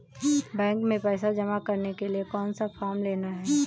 Bank में पैसा जमा करने के लिए कौन सा फॉर्म लेना है?